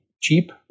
cheap